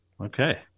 Okay